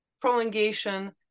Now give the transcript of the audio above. prolongation